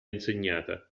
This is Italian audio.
insegnata